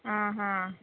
आं हां